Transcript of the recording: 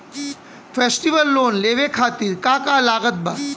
Festival loan लेवे खातिर का का लागत बा?